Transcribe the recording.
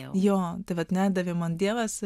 jo tai vat nedavė man dievas